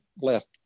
left